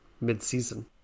mid-season